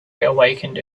awakened